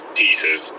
pieces